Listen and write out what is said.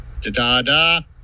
da-da-da